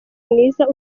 mwiza